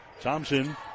Thompson